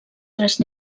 tres